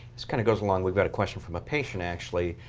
this kind of goes along. we've got a question from a patient, actually.